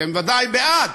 אתם ודאי בעד.